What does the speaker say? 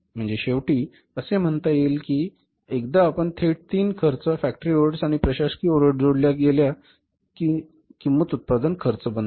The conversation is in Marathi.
म्हणजे शेवटी असे म्हणता येईल कि एकदा आपण थेट तीन खर्च फॅक्टरी ओव्हरहेड्स आणि प्रशासकीय ओव्हरहेड्स जोडल्या की ही किंमत उत्पादन खर्च बनते